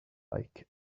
like